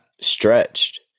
stretched